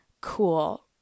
cool